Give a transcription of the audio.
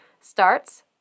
starts